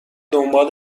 دنبال